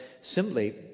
simply